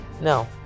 No